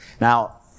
Now